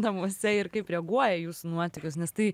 namuose ir kaip reaguoja į jūsų nuotykius nes tai